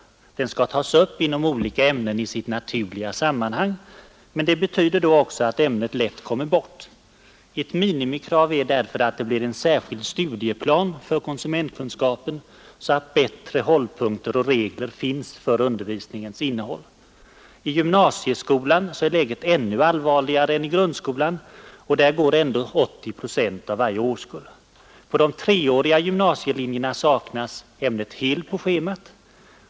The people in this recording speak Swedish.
Den skall tas upp inom olika ämnen i sitt s.k. naturliga sammanhang, men det betyder att ämnet lätt kommer bort. Ett minimikrav är därför, att det blir en särskild studieplan för konsumentkunskapen, så att bättre hållpunkter och regler finns för undervisningens innehåll. I gymnasieskolan är läget ännu allvarligare än i grundskolan — och där går ca 80 procent av varje årskull. På de treåriga gymnasielinjerna saknas ämnet helt på schemat.